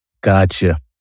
Gotcha